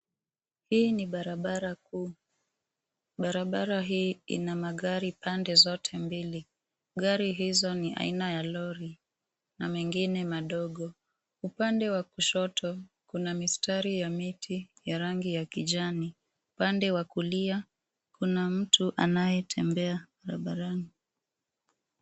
Hii ni barabara kuu. Barabara hii ina magari pande zote mbili. Gari hizo ni aina ya lori na mengine madogo. Upande wa kushoto kuna mistari ya miti ya rangi ya kijani. Upande wa kulia kuna mtu anayetembea barabarani.